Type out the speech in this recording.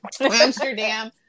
Amsterdam